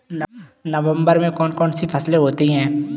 नवंबर में कौन कौन सी फसलें होती हैं?